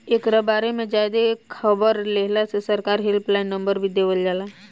एकरा बारे में ज्यादे खबर लेहेला सरकार हेल्पलाइन नंबर भी देवल जाला